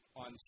on